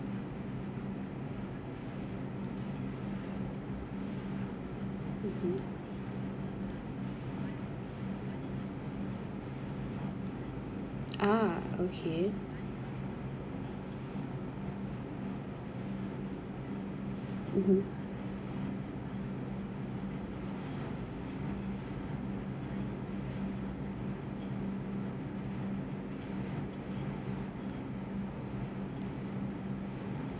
mmhmm ah okay mmhmm